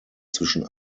zwischen